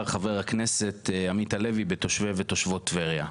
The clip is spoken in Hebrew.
חבר הכנסת עמית הלוי בתושבי ותושבות טבריה.